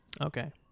Okay